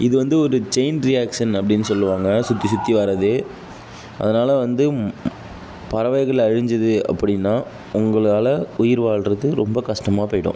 இது வந்து ஒரு செயின் ரியாக்ஷன் அப்படின் சொல்லுவாங்க சுற்றி சுற்றி வரது அதனால் வந்து பறவைகள் அழிஞ்சுது அப்படின்னா உங்களால் உயிர் வாழ்கிறது ரொம்ப கஷ்டமாக போயிடும்